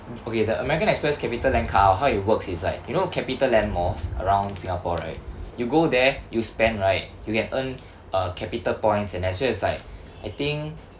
okay the American Express CapitaLand card how how it works is like you know CapitaLand malls around singapore right you go there you spend right you can earn uh capital points and as well as like I think